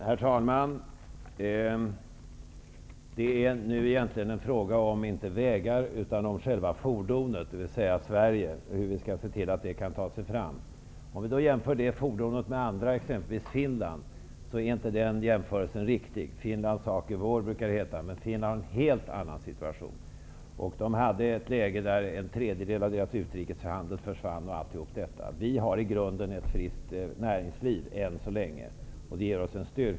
Herr talman! Det är nu egentligen inte fråga om vägar utan om själva fordonet, dvs. Sverige, och hur vi kan se till att det kan ta sig fram. Att jämföra det fordonet med andra, exempelvis Finland, är inte riktigt. Finlands sak är vår, brukar det heta, men Finland har en helt annan situation. Finland befann sig bl.a. i det läget att en tredjedel av dess utrikeshandel försvann. Vi har i grunden ett friskt näringsliv än så länge, och det ger oss en styrka.